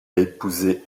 épousé